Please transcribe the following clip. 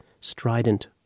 strident